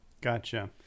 Gotcha